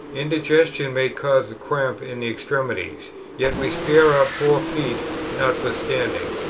indigestion may cause cramp in the extremities yet we spare our poor feet notwithstanding.